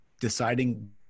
deciding